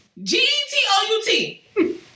G-E-T-O-U-T